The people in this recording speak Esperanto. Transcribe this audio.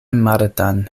martan